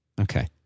Okay